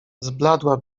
zbladła